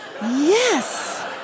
Yes